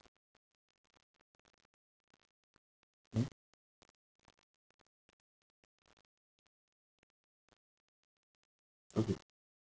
mm okay